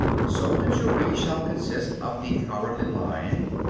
so the jury shall consist of the cowardly lion,